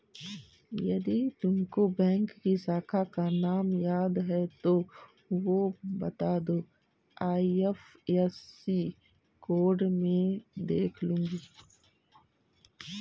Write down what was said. यदि तुमको बैंक की शाखा का नाम याद है तो वो बता दो, आई.एफ.एस.सी कोड में देख लूंगी